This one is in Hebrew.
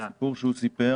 הסיפור שהוא סיפר